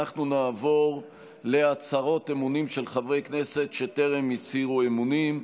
נעבור להצהרות אמונים של חברי כנסת שטרם הצהירו אמונים.